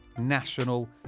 national